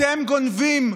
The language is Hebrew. אתם גונבים,